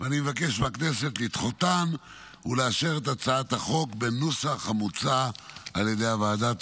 ואני מבקש מהכנסת לדחותן ולאשר את הצעת החוק בנוסח המוצע על ידי הוועדה.